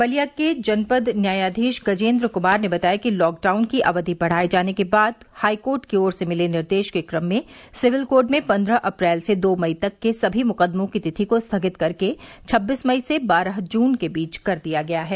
बलिया के जनपद न्यायाधीश गजेंद्र कुमार ने बताया कि लॉकडाउन की अवधि बढ़ाए जाने के बाद हाई कोर्ट की ओर से मिले निर्देश के क्रम में सिविल कोर्ट में पद्रह अप्रैल से दो मई तक के सभी मुकदमों की तिथि को स्थगित करके छब्बीस मई से बारह जून के बीच कर दिया गया है